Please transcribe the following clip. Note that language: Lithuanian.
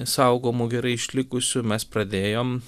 saugomų gerai išlikusių mes pradėjom